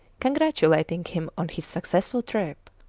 congratulating him on his successful trip.